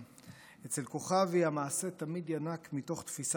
אצל כוכבי, המעשה תמיד ינק מתוך תפיסת עולם ערכית.